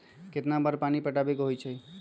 कितना बार पानी पटावे के होई छाई?